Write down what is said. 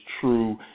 true